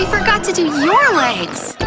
forgot to do your legs!